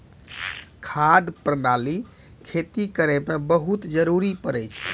खाद प्रणाली खेती करै म बहुत जरुरी पड़ै छै